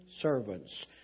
servants